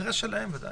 זה אינטרס שלהם, ודאי.